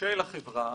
של החברה,